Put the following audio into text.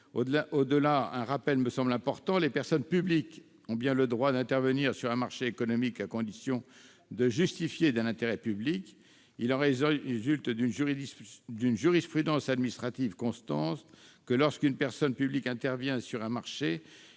Au-delà, un rappel me semble important : les personnes publiques ont bien le droit d'intervenir sur un marché économique, à condition de justifier d'un intérêt public. Il résulte d'une jurisprudence administrative constante que, lorsqu'une personne publique intervient sur un marché,